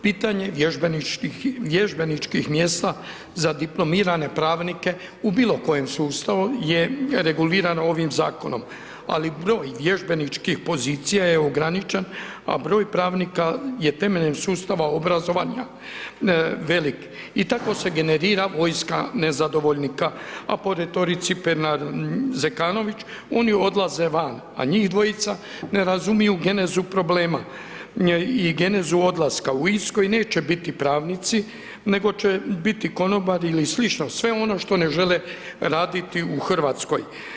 Pitanje vježbeničkih mjesta za diplomirane pravnike u bilo kojem sustavu je regulirano ovom zakonom, ali broj vježbeničkih pozicija je ograničen je ograničen, a broj pravnika je temeljem sustava obrazovanja velik i tako se generira vojska nezadovoljnika, a po retorici Pernar Zekanović oni odlaze van, a njih dvojica ne razumiju genezu problema i genezu odlaska u Irskoj neće biti pravnici, nego će biti konobari ili slično, sve ono što ne žele raditi u Hrvatskoj.